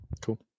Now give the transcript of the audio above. Cool